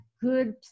good